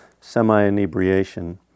semi-inebriation